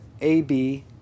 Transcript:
AB